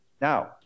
Now